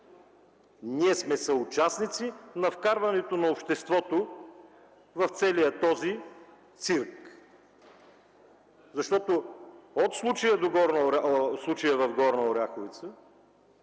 Ние сме съучастници във вкарването на обществото в целия този цирк, защото от случая в Горна Оряховица